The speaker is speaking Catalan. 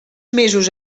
mesos